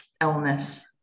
illness